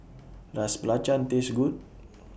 Does Belacan Taste Good